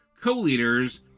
co-leaders